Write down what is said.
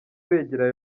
begereye